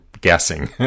guessing